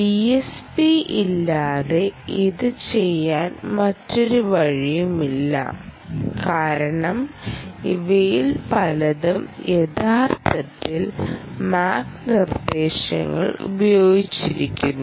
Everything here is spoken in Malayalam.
ഡിഎസ്പി ഇല്ലാതെ ഇത് ചെയ്യാൻ മറ്റൊരു വഴിയുമില്ല കാരണം ഇവയിൽ പലതും യഥാർത്ഥത്തിൽ മാക് നിർദ്ദേശങ്ങൾ ഉപയോഗിച്ചിരിക്കുന്നു